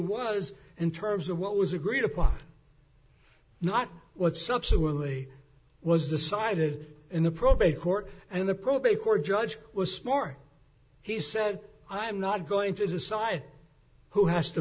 was in terms of what was agreed upon not what subsequently was decided in the probate court and the probate court judge was smart he said i'm not going to decide who has to